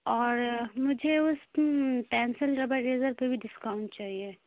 اور مجھے اس پینسل ربر اریزر پہ بھی ڈسکاؤنٹ چاہیے